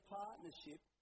partnership